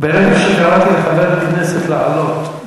ברגע שקראתי לחבר כנסת לעלות,